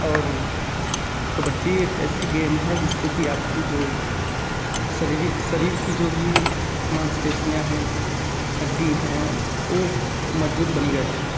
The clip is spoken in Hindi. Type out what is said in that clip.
और कबड्डी एक ऐसी गेम है जिससे कि आपकी जो शरीरी शरीर की जो भी मांसपेशियाँ हैं हड्डी हैं वो मज़बूत बनी रहती हैं